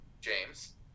James